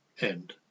End